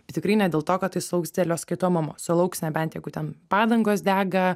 bet tikrai ne dėl to kad tai sulauks didelio skaitomumo sulauks nebent jeigu ten padangos dega